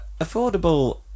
affordable